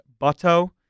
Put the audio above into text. Butto